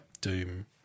Doom